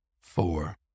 four